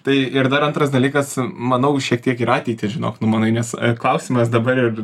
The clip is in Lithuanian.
tai ir dar antras dalykas manau šiek tiek ir ateitį žinok numanai nes klausimas dabar ir